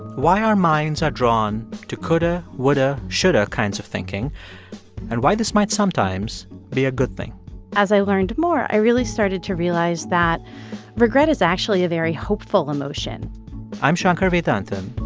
why our minds are drawn to coulda, woulda, shoulda kinds of thinking and why this might sometimes be a good thing as i learned more, i really started to realize that regret is actually a very hopeful emotion i'm shankar vedantam,